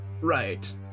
Right